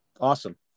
awesome